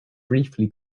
briefly